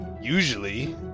usually